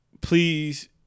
Please